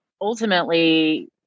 ultimately